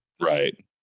Right